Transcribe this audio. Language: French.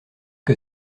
que